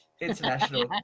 International